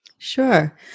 Sure